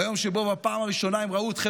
ביום שבו בפעם הראשונה הם ראו אתכם